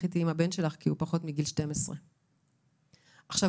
לכי תהיה עם הבן שלך כי הוא פחות מגיל 12. עכשיו,